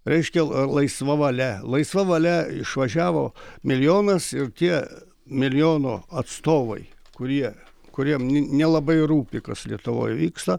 reiškia laisva valia laisva valia išvažiavo milijonas ir tie milijono atstovai kurie kuriem n nelabai rūpi kas lietuvoj vyksta